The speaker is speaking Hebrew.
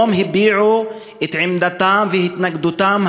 הם הביעו היום את עמדתם והתנגדותם